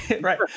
Right